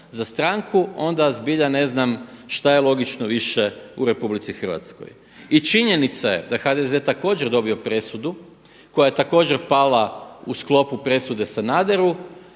za stranku onda zbilja ne znam šta je logično više u RH. I činjenica je da je HDZ također dobio presudu koja je također pala u sklopu presude Sanaderu